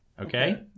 Okay